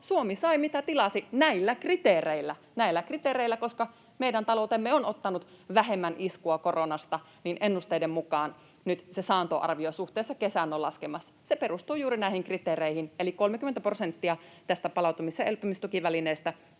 Suomi sai, mitä tilasi, näillä kriteereillä. Näillä kriteereillä, koska meidän taloutemme on ottanut vähemmän iskua koronasta, ennusteiden mukaan nyt se saantoarvio suhteessa kesään on laskemassa. Se perustuu juuri näihin kriteereihin, eli 30 prosenttia tästä palautumis- ja elpymistukivälineestä